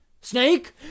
Snake